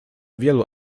wielu